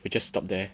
will just stop there